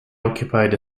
occupied